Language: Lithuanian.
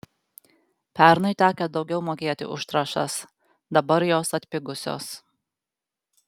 pernai tekę daugiau mokėti už trąšas dabar jos atpigusios